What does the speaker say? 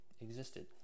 existed